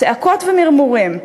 צעקות ומרמורים.